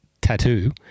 tattoo